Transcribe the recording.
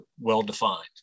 well-defined